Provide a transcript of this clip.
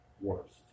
worst